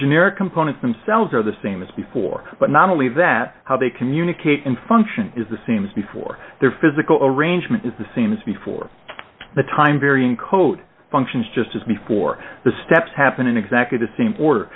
generic components themselves are the same as before but not only that how they communicate and function is the seams before their physical arrangement is the seems before the time varying code functions just as before the steps happen in exactly the same or